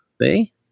See